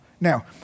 Now